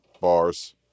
Bars